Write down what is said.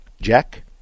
Jack